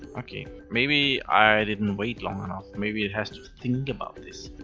okay. maybe i didn't wait long enough, maybe it has to think about this.